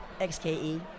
XKE